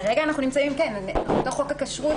כרגע זה לפי אותו חוק הכשרות,